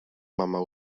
mama